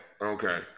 okay